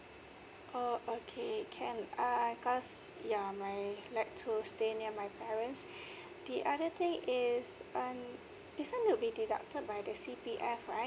oh okay can uh I cause ya my like to stay near my parents the other thing is um this one will be deducted by the C P F right